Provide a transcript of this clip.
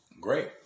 Great